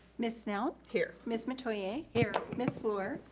miss snell. here. miss metoyer. here. miss fluor,